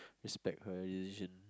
respect her decision